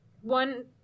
One